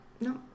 no